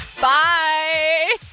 Bye